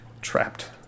trapped